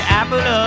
apple